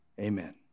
Amen